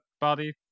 body